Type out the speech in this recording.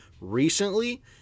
recently